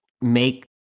make